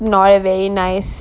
not a very nice